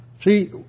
See